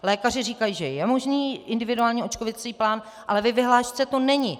Lékaři říkají, že je možný individuální očkovací plán, ale ve vyhlášce to není.